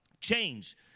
Change